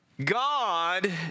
God